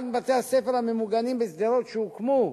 אחד מבתי-הספר הממוגנים בשדרות, שהוקמו,